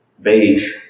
beige